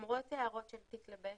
למרות הערות של 'תתלבש,